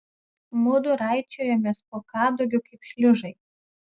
mudu raičiojomės po kadugiu kaip šliužai